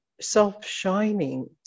self-shining